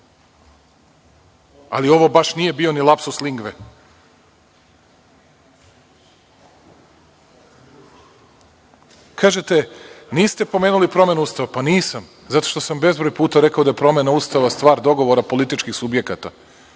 ali ovo baš nije bio ni lapsus lingve. Kažete – niste pomenuli promenu Ustava, pa nisam zato što sam bezbroj puta rekao da je promena Ustava stav dogovora političkih subjekata.